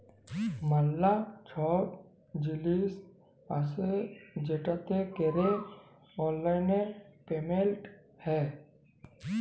ম্যালা ছব জিলিস আসে যেটতে ক্যরে অললাইল পেমেলট হ্যয়